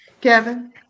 Kevin